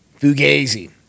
Fugazi